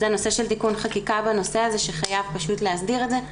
הנושא של תיקון חקיקה בנושא שחייב פשוט להסדיר את זה,